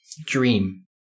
dream